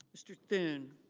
mr. thune.